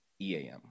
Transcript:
EAM